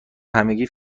همگی